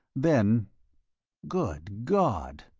then good god!